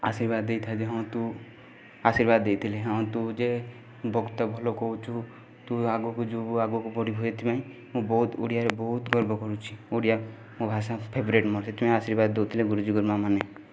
ଆଶୀର୍ବାଦ ଦେଇଥାଏ ଯେ ହଁ ତୁ ଆଶୀର୍ବାଦ ଦେଇଥିଲେ ହଁ ତୁ ଯେ ବକ୍ତା ଭଲ କହୁଛୁ ତୁ ଆଗକୁ ଯିବୁ ଆଗକୁ ବଢ଼ିବୁ ଏଥିପାଇଁ ମୁଁ ବହୁତ୍ ଓଡ଼ିଆରେ ବହୁତ ଗର୍ବ କରୁଛି ଓଡ଼ିଆ ମୋ ଭାଷା ଫେବରେଟ୍ ମୋର ସେଥିପାଇଁ ଆଶୀର୍ବାଦ ଦେଉଥିଲେ ଗୁରୁଜୀ ଗୁରୁମାମାନେ